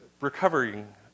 recovering